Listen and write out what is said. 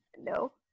No